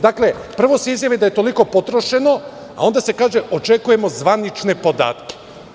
Dakle, prvo se izjavi da je toliko potrošeno, a onda se kaže – očekujemo zvanične podatke.